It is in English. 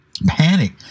Panic